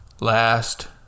Last